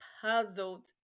puzzled